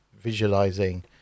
visualizing